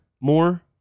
more